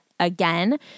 again